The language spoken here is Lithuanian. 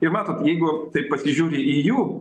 ir matot jeigu taip pasižiūri į jų